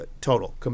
total